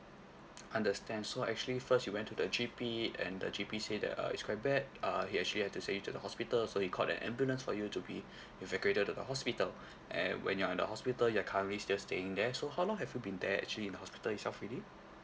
understand so actually first you went to the G_P and the G_P say that uh it's quite bad uh he actually have to send you to the hospital so he called an ambulance for you to be evacuated to the hospital and when you are in the hospital you are currently still staying there so how long have you been there actually in the hospital itself already